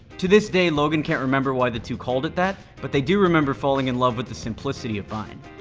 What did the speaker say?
to this day logan can't remember why the two called it that, but they do remember falling in love with the simplicity of vine.